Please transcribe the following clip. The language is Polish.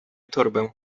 torbę